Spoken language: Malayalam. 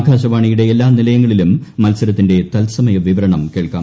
ആകാശ്വാണിയുടെ എല്ലാ നിലയങ്ങളിലും മത്സരത്തിന്റെ തൽസമയ വിവ്ട്രങ്ങം കേൾക്കാം